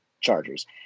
Chargers